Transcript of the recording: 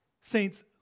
Saints